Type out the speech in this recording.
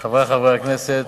חברי חברי הכנסת,